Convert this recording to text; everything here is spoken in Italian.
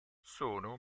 sono